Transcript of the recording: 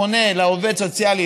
פונה לעובד סוציאלי,